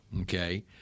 Okay